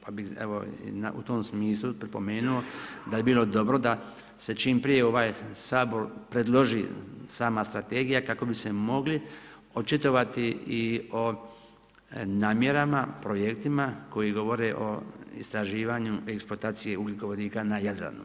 Pa bi evo u tom smislu pripomenuo da bi bilo dobro da se čim prije ova Sabor predloži sama strategija kako bi se mogli očitovati i o namjerama, projektima koji govore o istraživanju i eksploataciji ugljikovodika na Jadranu.